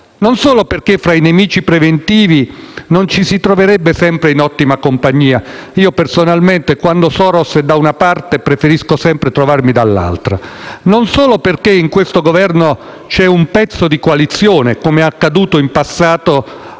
Non solo perché fra i nemici preventivi non ci si troverebbe sempre in ottima compagnia (personalmente, ad esempio, quando Soros è da una parte, preferisco trovarmi sempre dall'altra). Non solo perché in questo Governo c'è un pezzo di coalizione, com'è accaduto in passato